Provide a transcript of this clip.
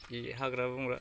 हाग्रा बंग्रा